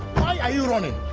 why are you running?